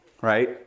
right